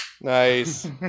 nice